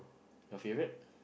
your favourite